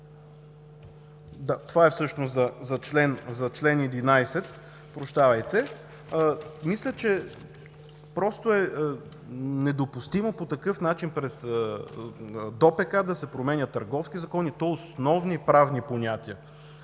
Това е всъщност за ал. 11. Мисля, че просто е недопустимо по такъв начин през ДОПК да се променя Търговския закон, и то основни правни понятия!